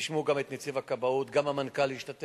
תשמעו גם את נציב הכבאות, גם המנכ"ל ישתתף,